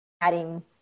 adding